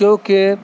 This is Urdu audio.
کیونکہ